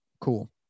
cool